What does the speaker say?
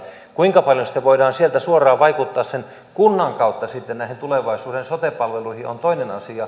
kuinka paljon sitten voidaan suoraan vaikuttaa sen kunnan kautta tulevaisuuden sote palveluihin on toinen asia